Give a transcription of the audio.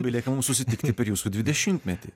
belieka mum susitikti per jūsų dvidešimtmetį